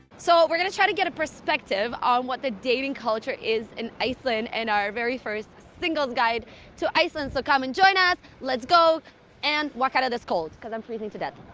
so we're gonna try to get a perspective on what the dating culture is in iceland in and our very first single's guide to iceland so come and join us. let's go and walk out of this cold cause i'm freezing to death